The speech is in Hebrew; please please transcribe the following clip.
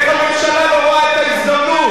איך הממשלה לא רואה את ההזדמנות?